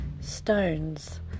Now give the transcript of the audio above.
Stones